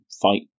fight